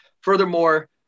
Furthermore